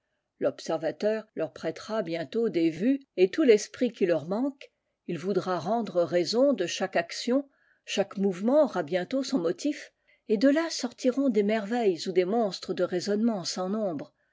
l'observateur leur prêtera bientôt des vues let tout l'esprit qui leur manque il voudra rendre raison de chaque action chaque mouvement aura bientôt son motif et de là sortiront des merveilles ou des monstres de raisonnemenls sans nombre